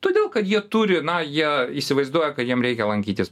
bet todėl kad jie turi na jie įsivaizduoja kad jiem reikia lankytis